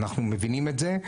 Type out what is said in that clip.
אנחנו מבינים את זה.